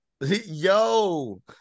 yo